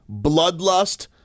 Bloodlust